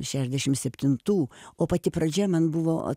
šešiasdešimt septintų o pati pradžia man buvo